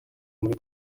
muri